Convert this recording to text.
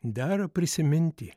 dera prisiminti